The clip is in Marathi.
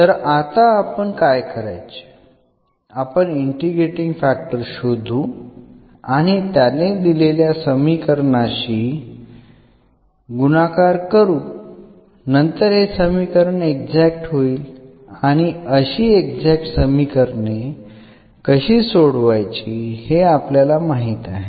तर आता आपण काय करायचे आपण इंटिग्रेटींग फॅक्टर शोधू आणि त्याने दिलेल्या समीकरणाशी गुणाकार करू नंतर हे समीकरण एक्झॅक्ट होईल आणि अशी एक्झॅक्ट समीकरणे कशी सोडवायची हे आपल्याला माहित आहे